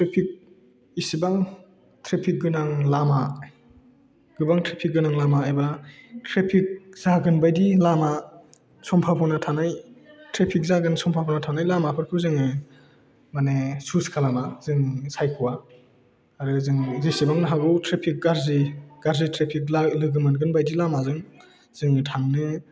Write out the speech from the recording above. traffic इसेबां traffic गोनां लामा गोबां थ्रेफिक गोनां लामा एबा थ्रेफिक जागोन बायदि लामा समभाबना थानाय लामाफोरखौ जोङो माने चुज खालामा जों सायख'वा आरो जों जेसेबां हागौ थ्रेफिक गाज्रि लोगो मोनगोन बायदि लामाजों जों थांनो